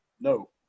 No